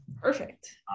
Perfect